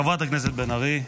חברת הכנסת מירב בן ארי,